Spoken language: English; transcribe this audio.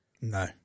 No